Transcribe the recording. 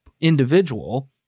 individual